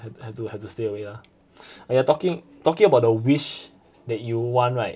have to have to have to stay away lah and you're talking talking about the wish that you want right